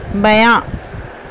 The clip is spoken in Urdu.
بیاں